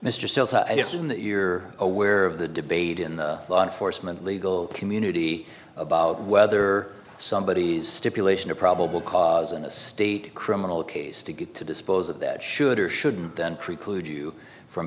assume that you're aware of the debate in the law enforcement legal community about whether somebody is stipulation or probable cause in a state criminal case to get to dispose of that should or shouldn't then preclude you from